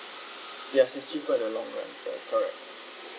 yes it's cheaper the long run that is correct